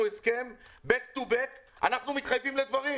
על הסכם back to back אנחנו מתחייבים לדברים: